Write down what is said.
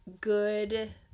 good